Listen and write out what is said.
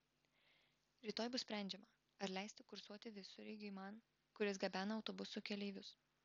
rytoj bus sprendžiama ar leisti kursuoti visureigiui man kuris gabena autobusų keleivius